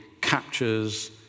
captures